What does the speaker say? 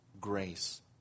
grace